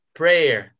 prayer